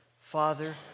Father